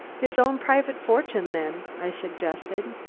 his own private fortune then, i suggested.